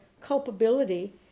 culpability